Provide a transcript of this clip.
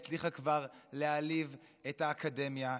היא הצליחה כבר להעליב את האקדמיה,